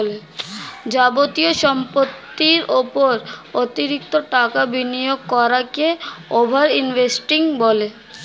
যাবতীয় সম্পত্তির উপর অতিরিক্ত টাকা বিনিয়োগ করাকে ওভার ইনভেস্টিং বলে